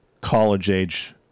college-age